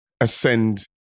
ascend